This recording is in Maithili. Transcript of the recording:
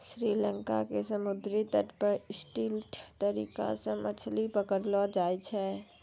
श्री लंका के समुद्री तट पर स्टिल्ट तरीका सॅ मछली पकड़लो जाय छै